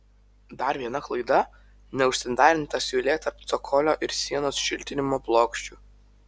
dar viena klaida neužsandarinta siūlė tarp cokolio ir sienos šiltinimo plokščių